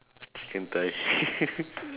chicken thigh